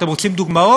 אתם רוצים דוגמאות?